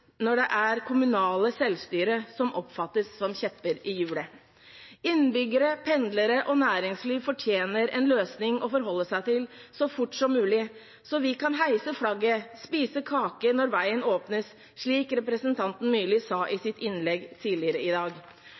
når det er det kommunale selvstyret som oppfattes som kjepper i hjulet. Innbyggere, pendlere og næringsliv fortjener en løsning å forholde seg til så fort som mulig, så vi kan heise flagget og spise kake når veien åpnes, slik representanten Myrli sa i sitt innlegg tidligere i dag.